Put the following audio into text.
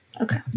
okay